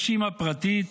יש אימא פרטית